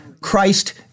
Christ